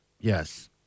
yes